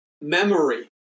memory